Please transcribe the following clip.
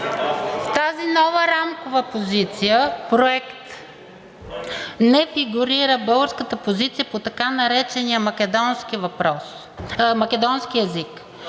В тази нова рамкова позиция – проект, не фигурира българската позиция по така наречения македонски език.